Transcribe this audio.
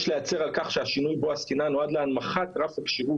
יש להצר על כך שהשינוי בו עסקינן נועד להנמכת רף הכשירות